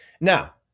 Now